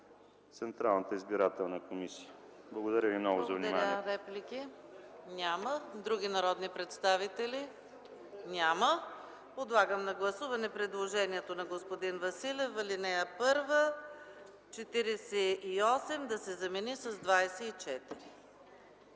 Централната избирателна комисия. Благодаря ви много за вниманието.